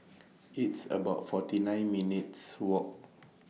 It's about forty nine minutes' Walk